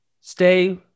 Stay